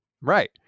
Right